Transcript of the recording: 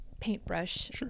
paintbrush